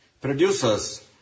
Producers